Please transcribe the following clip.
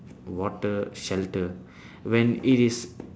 water shelter when it is